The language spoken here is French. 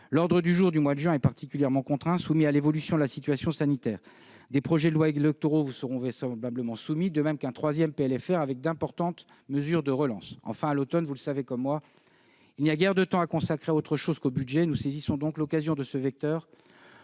L'ordre du jour du mois de juin est particulièrement contraint. Il est soumis à l'évolution de la situation sanitaire. Des projets de loi électoraux vous seront vraisemblablement soumis, de même qu'un troisième PLFR qui comprendra d'importantes mesures de relance. Enfin, à l'automne, vous le savez comme moi, il n'y a guère de temps à consacrer à autre chose qu'au budget. Nous saisissons donc l'occasion de ce vecteur